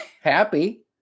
happy